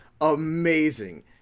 amazing